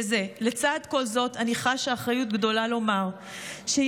לצד כל זאת אני חשה אחריות גדולה לומר שישנה